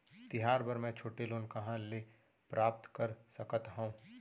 तिहार बर मै छोटे लोन कहाँ ले प्राप्त कर सकत हव?